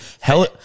Hell